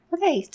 Okay